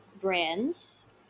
brands